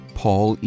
paul